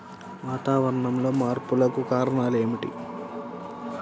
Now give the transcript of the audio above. వాతావరణంలో మార్పులకు కారణాలు ఏమిటి?